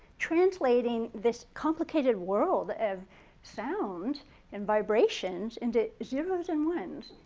translating this complicated world of sound and vibrations into zeros and ones.